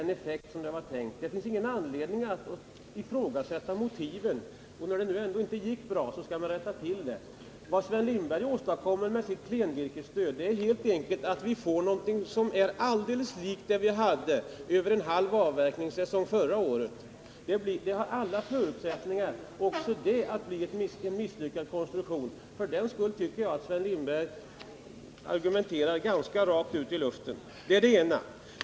Det finns ingen anledning att ifrågasätta motiven. Vad Sven Lindberg åstadkommer med sitt klenvirkesstöd är helt enkelt att vi får något som är alldeles likt det vi hade över en halv avverkningssäsong förra året. Det finns alla förutsättningar för att också den konstruktionen skall bli misslyckad. För den skull tycker jag att Sven Lindberg argumenterar rakt ut i luften. Det var det ena.